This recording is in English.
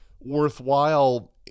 worthwhile